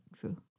true